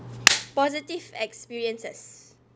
positive experiences